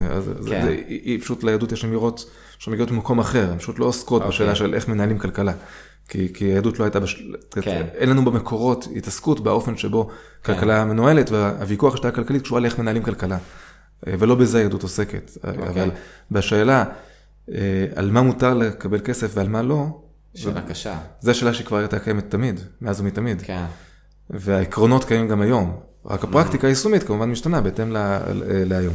היא פשוט, ליהדות יש אמירות שמגיעות ממקום אחר, הן פשוט לא עוסקות בשאלה של איך מנהלים כלכלה, כי, כי היהדות לא הייתה, אין לנו במקורות התעסקות באופן שבו כלכלה מנוהלת, והוויכוח על השיטה הכלכלית קשורה לאיך מנהלים כלכלה, ולא בזה היהדות עוסקת, אבל בשאלה על מה מותר לקבל כסף ועל מה לא, -שאלה קשה. -זה שאלה שהיא כבר הייתה קיימת תמיד, מאז ומתמיד. -כן. -והעקרונות קיימים גם היום, רק הפרקטיקה היישומית כמובן משתנה בהתאם להיום.